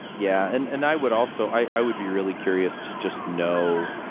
yeah, and and i would also i would be really curious to just know